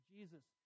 Jesus